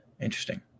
Interesting